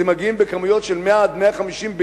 הם מגיעים בכמויות של 100 150 ביום.